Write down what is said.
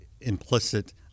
implicit